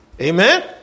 Amen